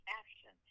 action